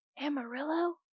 Amarillo